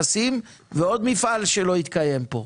מה שיגרום למצב שעוד מפעל לא יתקיים פה,